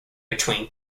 between